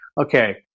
okay